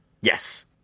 Yes